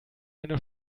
eine